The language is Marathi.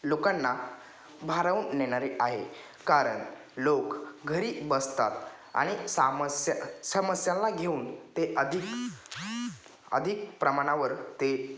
लोकांना भारावून नेणारे आहे कारण लोक घरी बसतात आणि सामस्या समस्यांना घेऊन ते अधिक अधिक प्रमाणावर ते